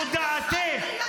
-- אבל זו דעתי.